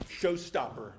Showstopper